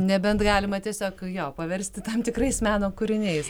nebent galima tiesiog jo paversti tam tikrais meno kūriniais